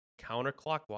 counterclockwise